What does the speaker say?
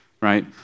right